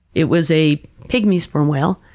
it was a pygmy sperm whale,